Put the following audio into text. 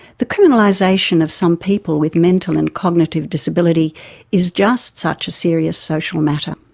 the criminalization of some people with mental and cognitive disability is just such a serious social matter.